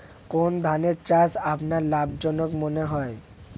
কোন ধানের চাষ আপনার লাভজনক মনে হয়?